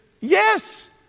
yes